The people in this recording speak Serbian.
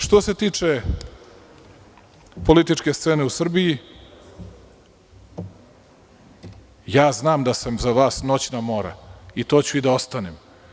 Što se tiče političke scene u Srbiji ja znam da sam za vasnoćna mora, i to ću i da ostanem.